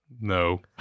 No